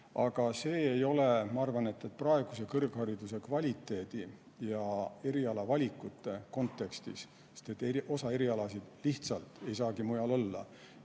Aga see ei olene, ma arvan, praeguse kõrghariduse kvaliteedi ja erialavalikute kontekstist, sest osa erialasid lihtsalt ei saagi mujal olla.